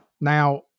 Now